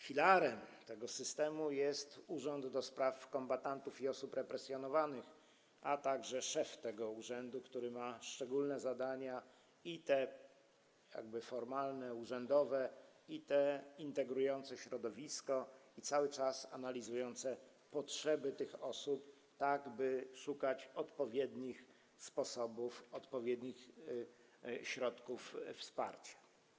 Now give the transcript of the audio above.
Filarem tego systemu jest Urząd do Spraw Kombatantów i Osób Represjonowanych, a także szef tego urzędu, który ma szczególne zadania - i te formalne, urzędowe, i te integrujące środowisko - i cały czas analizuje potrzeby tych osób, tak by szukać odpowiednich sposobów, odpowiednich środków wsparcia.